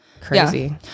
Crazy